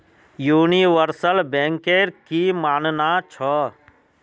universal banker की मानना छ